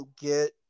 get –